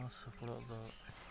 ᱜᱚᱲᱚ ᱥᱚᱯᱚᱦᱚᱫ ᱫᱚ